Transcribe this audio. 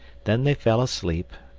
then they fell asleep,